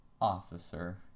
officer